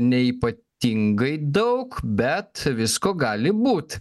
neypatingai daug bet visko gali būt